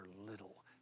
little